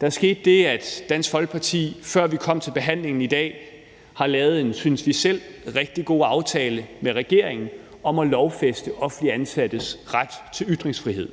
Der skete det, at Dansk Folkeparti, før vi kom til behandlingen i dag, har lavet en, synes vi selv, rigtig god aftale med regeringen om at lovfæste offentligt ansattes ret til ytringsfrihed.